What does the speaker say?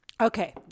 Okay